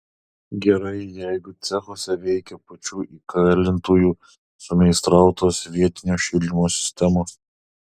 gerai jeigu cechuose veikia pačių įkalintųjų sumeistrautos vietinio šildymo sistemos